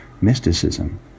mysticism